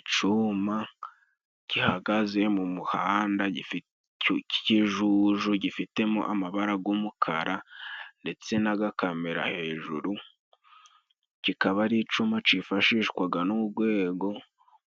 Icuma gihagaze mu muhanda cy'ikijuju gifitemo amabara gw'umukara ndetse n'agakamera hejuru, kikaba ari icuma cifashishwaga n'urwego